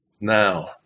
Now